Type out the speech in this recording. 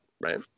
right